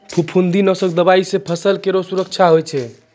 फफूंदी नाशक दवाई सँ फसल केरो सुरक्षा होय छै